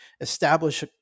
establish